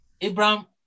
Abraham